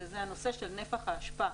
וזה הנושא של נפח האשפה.